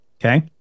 Okay